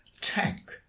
tank